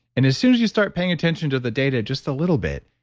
and as soon as you start paying attention to the data, just a little bit,